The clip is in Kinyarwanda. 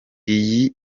iyi